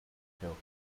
show